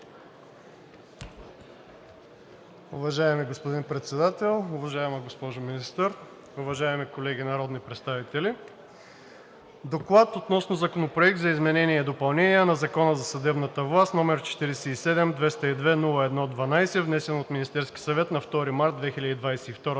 Уважаеми господин Председател, уважаема госпожо Министър, уважаеми колеги народни представители! „Доклад относно Законопроект за изменение и допълнение на Закона за съдебната власт № 47-202-01-12, внесен от Министерския съвет на 2 март 2022 г.,